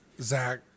zach